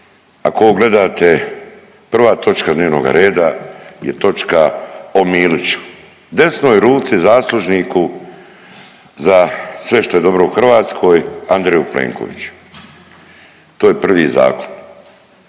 ovo gledate prva točka dnevnoga reda je točka o Miliću, desnoj ruci zaslužniku za sve što je dobro u Hrvatskoj Andreju Plenkoviću, to je prvi zakon.